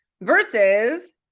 versus